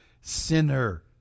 sinner